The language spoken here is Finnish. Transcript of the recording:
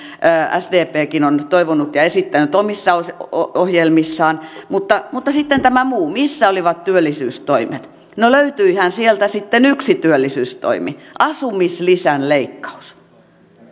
sdpkin on toivonut ja esittänyt omissa ohjelmissaan mutta mutta sitten tämä muu missä olivat työllisyystoimet no löytyihän sieltä sitten yksi työllisyystoimi asumislisän leikkaus